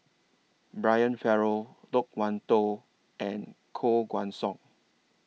Brian Farrell Loke Wan Tho and Koh Guan Song